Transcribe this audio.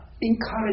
Encourage